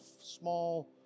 small